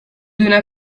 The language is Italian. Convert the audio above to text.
una